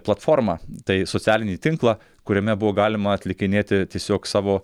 platformą tai socialinį tinklą kuriame buvo galima atlikinėti tiesiog savo